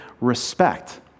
respect